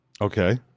Okay